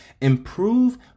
improve